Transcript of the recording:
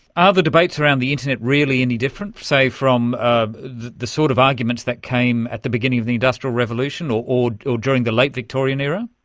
are the debates around the internet really any different, say, from um the sort of arguments that came at the beginning of the industrial revolution or or during the late victorian era?